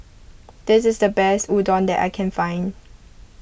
this is the best Udon that I can find